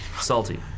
Salty